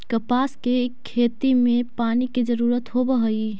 कपास के खेती में पानी के जरूरत होवऽ हई